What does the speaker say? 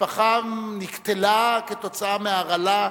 משפחה נקטלה כתוצאה מהרעלה,